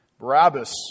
Barabbas